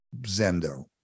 Zendo